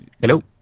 hello